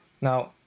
Now